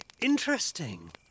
interesting